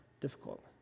Difficult